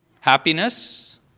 happiness